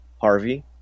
Harvey